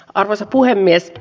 arvoisa puhemies